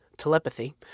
telepathy